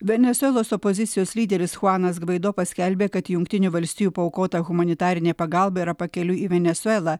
venesuelos opozicijos lyderis chuanas gvaido paskelbė kad jungtinių valstijų paaukota humanitarinė pagalba yra pakeliui į venesuelą